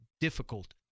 difficult